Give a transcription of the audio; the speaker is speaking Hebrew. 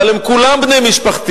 אבל הם כולם בני משפחתי,